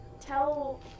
tell